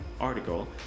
article